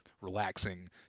relaxing